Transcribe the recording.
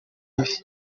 mibi